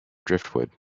driftwood